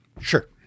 Sure